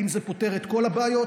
האם זה פותר את כל הבעיות?